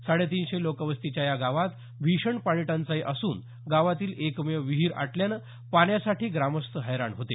साडे तीनशे लोकवस्तीच्या या गावात भीषण पाणी टंचाई असून गावातील एकमेव विहीर आटल्यानं पाण्यासाठी ग्रामस्थ हैराण होते